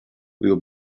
will